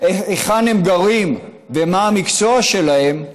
היכן הם גרים ומה המקצוע שלהם.